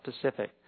Pacific